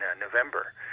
November